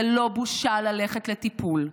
זה לא בושה ללכת לטיפול.